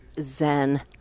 zen